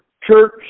church